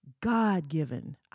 God-given